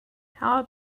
how